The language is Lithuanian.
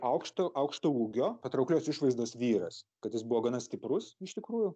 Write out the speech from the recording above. aukšto aukšto ūgio patrauklios išvaizdos vyras kad jis buvo gana stiprus iš tikrųjų